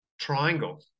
triangle